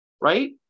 right